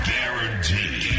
Guaranteed